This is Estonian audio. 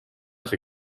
see